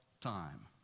time